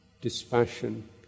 dispassion